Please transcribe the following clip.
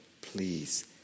please